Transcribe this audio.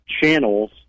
channels